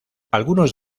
algunos